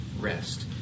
rest